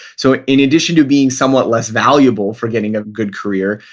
so in addition to being somewhat less valuable for getting a good career,